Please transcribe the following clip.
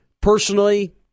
personally